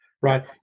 right